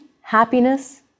happiness